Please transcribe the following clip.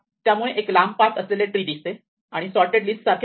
त्यामुळे एक लांब पाथ असलेले ट्री दिसते आणि सोर्टेड लिस्ट सारखे बनते